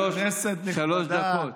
כנסת נכבדה,